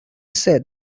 said